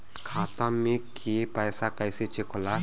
खाता में के पैसा कैसे चेक होला?